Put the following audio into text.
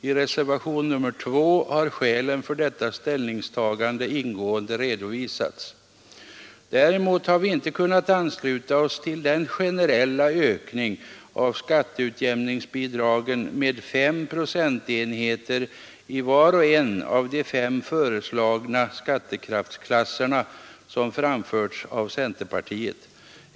I reservationen 2 har skälen för detta ställningstagande ingående redovisats. Däremot har vi inte kunnat ansluta oss till den generella ökning av skatteutjämningsbidragen med fem procentenheter i var och en av de fem föreslagna skattekraftsklasserna, som framförts av centerpartiet.